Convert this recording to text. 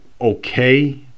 okay